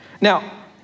Now